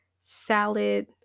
salad